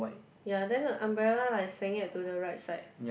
ya then like umbrella like senget to the right side